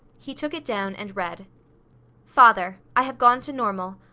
he took it down and read father i have gone to normal.